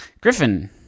Griffin